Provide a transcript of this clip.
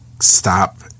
stop